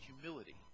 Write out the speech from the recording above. humility